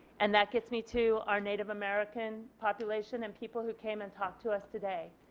and that gets me to our native american population and people who came and talked to us today.